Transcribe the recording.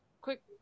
Quick